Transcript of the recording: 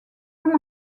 comme